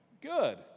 Good